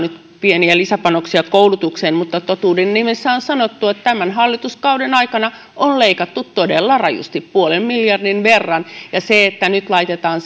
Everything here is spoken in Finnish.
pieniä lisäpanoksia koulutukseen mutta totuuden nimessä on sanottava että tämän hallituskauden aikana on leikattu todella rajusti puolen miljardin verran se että nyt laitetaan